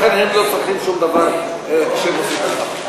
לכן הם לא צריכים שום דבר כשהם עושים מלחמה.